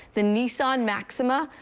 the nissan maxima,